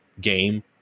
game